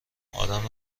آدم